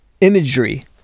imagery